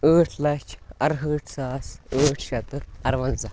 ٲٹھ لَچھ اَرہٲٹھ ساس ٲٹھ شٮ۪تھ تہٕ اَروَنٛزَہ